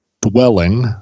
dwelling